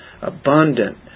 abundant